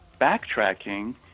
backtracking